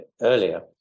earlier